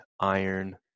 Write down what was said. iron